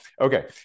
okay